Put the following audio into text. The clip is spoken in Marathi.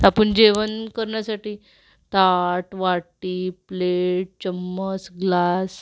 आपण जेवण करण्यासाठी ताट वाटी प्लेट चम्मच ग्लास